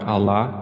Allah